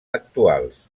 actuals